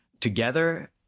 together